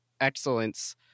excellence